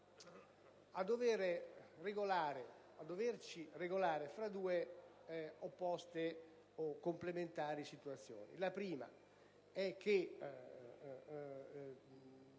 a doverci regolare fra due opposte o complementari situazioni. La prima è